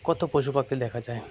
কত পশু পাখি দেখা যায়